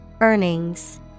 Earnings